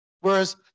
Whereas